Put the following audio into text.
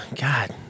God